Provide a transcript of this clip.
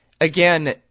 again